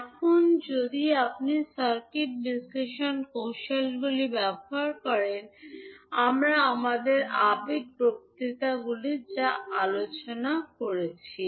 এখন আপনি সার্কিট বিশ্লেষণ কৌশলগুলি ব্যবহার করবেন আমরা আমাদের আগের বক্তৃতাগুলিতে যা আলোচনা করেছি